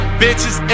bitches